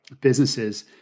businesses